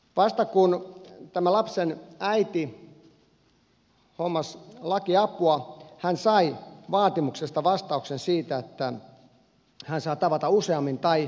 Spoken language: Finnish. vasta kun tämä lapsen äiti hommasi lakiapua hän sai vaatimuksesta vastauksen siihen että hän saa tavata useammin tai valituskelpoisen päätöksen